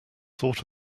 thought